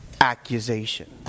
accusation